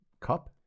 Cup